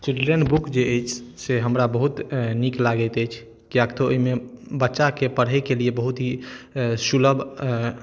children book जे अछि से हमरा बहुत नीक लागैत अछि किआकि तऽ ओहिमे बच्चाके पढ़ैके लिए बहुत ही सुलभ